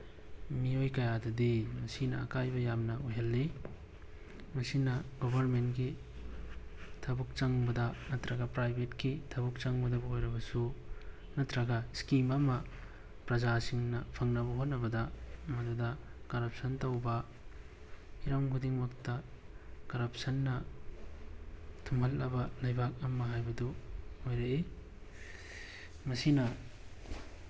ꯃꯤꯑꯣꯏ ꯀꯌꯥꯗꯗꯤ ꯃꯁꯤꯅ ꯑꯀꯥꯏꯕ ꯌꯥꯝꯅ ꯑꯣꯏꯍꯜꯂꯤ ꯃꯁꯤꯅ ꯒꯣꯕꯔꯃꯦꯟꯒꯤ ꯊꯕꯛ ꯆꯪꯕꯗ ꯅꯠꯇ꯭ꯔꯒ ꯄ꯭ꯔꯥꯏꯚꯦꯠꯀꯤ ꯊꯕꯛ ꯆꯪꯕꯗꯕꯨ ꯑꯣꯏꯔꯕꯁꯨ ꯅꯠꯇ꯭ꯔꯒ ꯏꯁꯀꯤꯝ ꯑꯃ ꯄ꯭ꯔꯖꯥꯁꯤꯡꯅ ꯐꯪꯅꯕ ꯍꯣꯠꯅꯕꯗ ꯃꯗꯨꯗ ꯀꯔꯞꯁꯟ ꯇꯧꯕ ꯍꯤꯔꯝ ꯈꯨꯗꯤꯡꯃꯛꯇ ꯀꯔꯞꯁꯟꯅ ꯊꯨꯝꯍꯠꯂꯕ ꯂꯩꯕꯥꯛ ꯑꯃ ꯍꯥꯏꯕꯗꯨ ꯑꯣꯏꯔꯛꯏ ꯃꯁꯤꯅ